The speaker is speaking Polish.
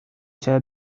cię